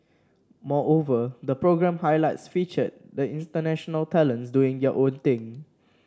moreover the programme highlights featured the international talents doing their own thing